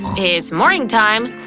it's morning time!